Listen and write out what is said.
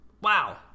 Wow